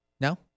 No